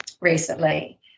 recently